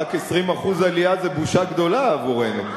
אז רק 20% עלייה זו בושה גדולה בעבורנו.